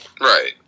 Right